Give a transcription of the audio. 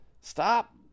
Stop